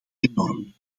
enorm